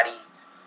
bodies